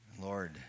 Lord